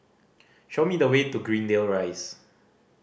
show me the way to Greendale Rise